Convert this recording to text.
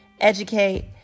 educate